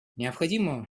необходимо